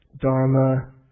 Dharma